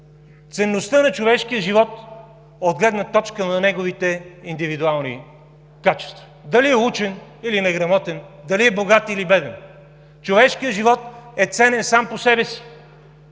ценността на човешкия живот от гледна точка на неговите индивидуални качества – дали е учен, или неграмотен, дали е богат, или беден. Човешкият живот е ценен сам по себе си.